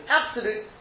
absolute